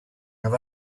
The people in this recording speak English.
have